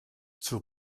zur